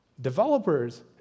Developers